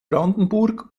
brandenburg